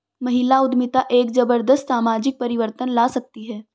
महिला उद्यमिता एक जबरदस्त सामाजिक परिवर्तन ला सकती है